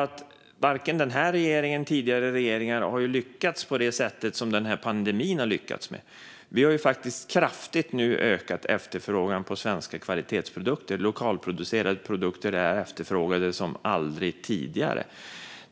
att varken denna regering eller tidigare regeringar har lyckats med det som pandemin har lyckats med. Efterfrågan på svenska kvalitetsprodukter har faktiskt ökat kraftigt nu. Lokalproducerade produkter är efterfrågade som aldrig tidigare.